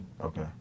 Okay